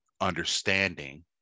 understanding